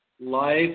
life